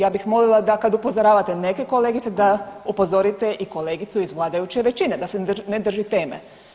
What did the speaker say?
Ja bih molila da kad upozoravate neke kolegice da upozorite i kolegicu iz vladajuće većine da se ne drži teme.